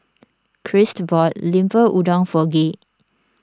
Christ bought Lemper Udang for Gay